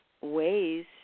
ways